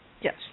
Yes